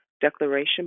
declaration